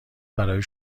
برای